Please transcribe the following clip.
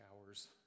hours